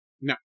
no